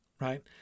right